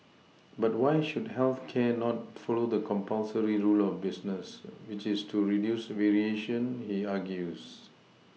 but why should health care not follow the compulsory rule of business which is to reduce variation he argues